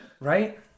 Right